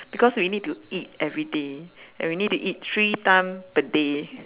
because we need to eat every day and we need to eat three time per day